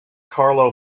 carlo